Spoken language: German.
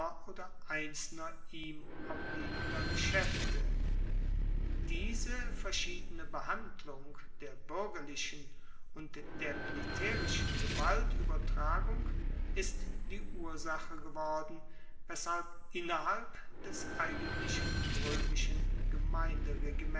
oder einzelner ihm obliegender geschaefte diese verschiedene behandlung der buergerlichen und der militaerischen gewaltuebertragung ist die ursache geworden weshalb innerhalb des eigentlichen